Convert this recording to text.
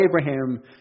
Abraham